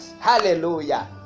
Hallelujah